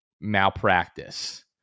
malpractice